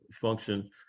function